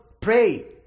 pray